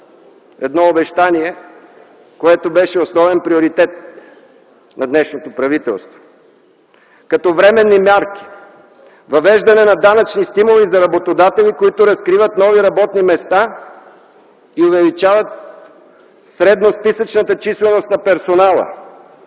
едно обещание, което беше основен приоритет на днешното правителство. Като временни мерки: - въвеждане на данъчни стимули за работодатели, които разкриват нови работни места и увеличават средносписъчната численост на персонала;